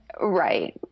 Right